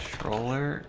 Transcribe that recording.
controller